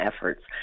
efforts